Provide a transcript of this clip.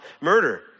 murder